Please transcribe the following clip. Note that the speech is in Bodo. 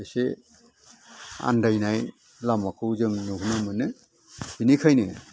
एसे आन्दायनाय लामाखौ जों नुनो मोनो बिनिखायनो